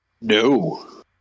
No